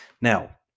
Now